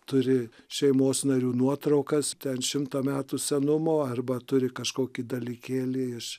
turi šeimos narių nuotraukas ten šimto metų senumo arba turi kažkokį dalykėlį iš